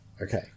Okay